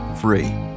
free